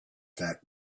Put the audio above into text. that